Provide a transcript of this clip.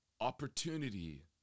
opportunity